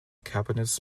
cabinets